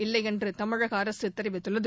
இல்லையென்று தமிழக அரசு தெரிவித்துள்ளது